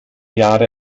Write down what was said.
jahre